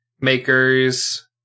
makers